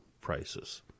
prices